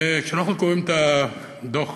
כשאנחנו קוראים את הדוח